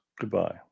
Goodbye